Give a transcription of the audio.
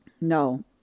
No